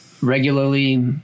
regularly